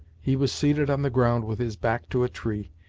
he was seated on the ground with his back to a tree,